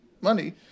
money